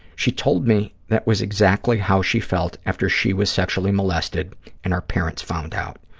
she told me that was exactly how she felt after she was sexually molested and our parents found out.